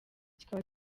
kikaba